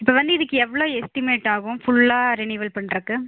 இப்போ வந்து இதுக்கு எவ்வளோ எஸ்டிமேட் ஆகும் ஃபுல்லாக ரெனீவல் பண்ணுறக்கு